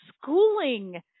schooling